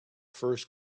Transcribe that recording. first